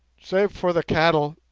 save for the cattle,